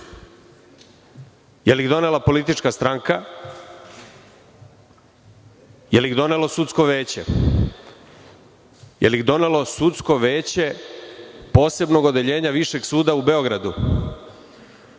Da li ih je donela politička stranka, da li ih je donelo sudsko veće? Da li ih je donelo sudsko veće posebnog odeljenja Višeg suda u Beogradu